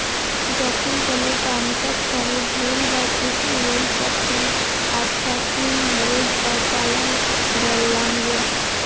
যখন কোনো ট্রান্সাকশনে ভুল বা ত্রুটি হই তখন আকটা ইনভয়েস বা চালান বলাঙ্গ